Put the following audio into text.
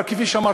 אבל כפי שאמרתי,